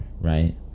right